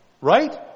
Right